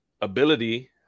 ability